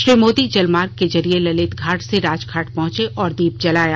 श्री मोदी जलमार्ग के जरिए ललित घाट से राजघाट पहुंचे और दीप जलाया